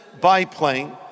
biplane